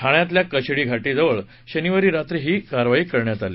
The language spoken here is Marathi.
ठाण्यातल्या कशेडी खाडीजवळ शनिवारी रात्री ही कारवाई करण्यात आली